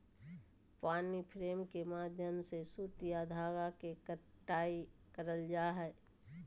पानी फ्रेम के माध्यम से सूत या धागा के कताई करल जा हय